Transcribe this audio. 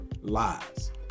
lies